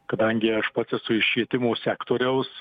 kadangi aš pats esu iš švietimo sektoriaus